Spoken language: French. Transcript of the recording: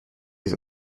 les